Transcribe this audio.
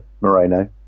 Moreno